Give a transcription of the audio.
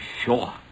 sure